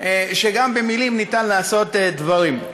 שגם במילים ניתן לעשות דברים.